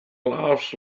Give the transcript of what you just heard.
laughs